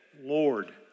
Lord